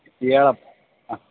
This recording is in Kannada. ಹೇಳಪ್ಪ ಹಾಂ